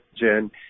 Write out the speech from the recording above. Jen